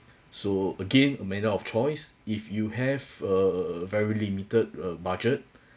so again a matter of choice if you have a very limited uh budget